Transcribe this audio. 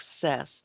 Success